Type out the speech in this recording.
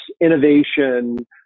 innovation